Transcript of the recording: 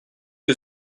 que